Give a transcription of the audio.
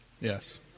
Yes